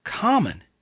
common